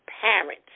parents